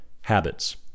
habits